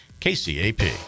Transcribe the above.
kcap